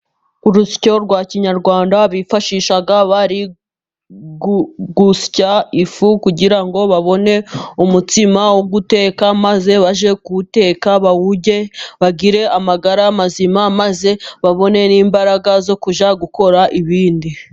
Urusyo rwa kinyarwanda bifashisha bari gusya ifu kugira ngo babone umutsima wo guteka, maze bajye kuwuteka bawurye bagire amagara mazima, maze babone n'imbaraga zo kujya gukora ibindi.